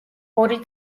ორი